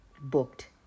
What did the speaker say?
booked